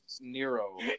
Nero